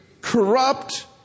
corrupt